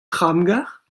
tramgarr